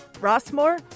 Rossmore